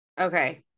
Okay